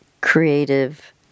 creative